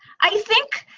i think,